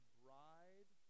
bride